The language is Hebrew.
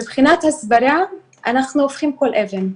מבחינת הסברה, אנחנו הופכים כל אבן.